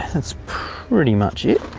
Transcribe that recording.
that's pretty much it.